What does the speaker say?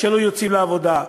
שלא יוצאים לעבודה.